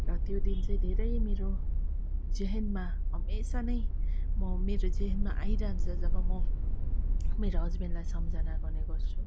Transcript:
र त्यो दिन चाहिँ धेरै मेरो जेहेनमा हमेसा नै म मेरो जेहेनमा आइरहन्छ जब म मेरो हजबेन्डलाई सम्झना गर्ने गर्छु